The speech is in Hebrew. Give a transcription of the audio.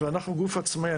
אבל אנחנו גוף עצמאי.